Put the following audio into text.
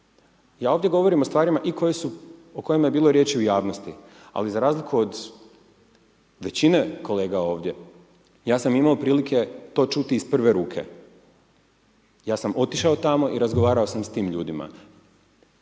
Ja ovdje govorim o stvarima o kojima je bilo riječi u javnosti ali za razliku od većine kolega ovdje, ja sam imao prilike to čuti iz prve ruke. Ja sam otišao tamo i razgovarao sam s tim ljudima.